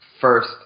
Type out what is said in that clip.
First